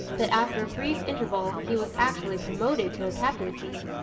that after a brief interval he was actually promoted to a captaincy.